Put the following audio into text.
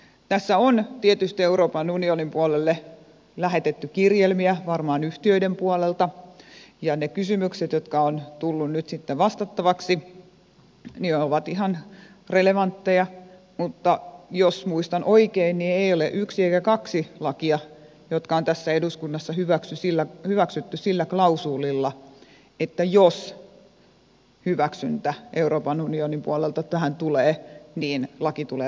tässä on tietysti euroopan unionin puolelle lähetetty kirjelmiä varmaan yhtiöiden puolelta ja ne kysymykset jotka ovat tulleet nyt sitten vastattaviksi ovat ihan relevantteja mutta jos muistan oikein niin ei ole yksi eikä kaksi lakia jotka on tässä eduskunnassa hyväksytty sillä klausuulilla että jos hyväksyntä euroopan unionin puolelta tähän tulee niin laki tulee voimaan